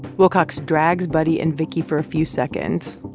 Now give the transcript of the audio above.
wilcox drags buddy and vicky for a few seconds.